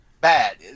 bad